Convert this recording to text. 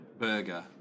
burger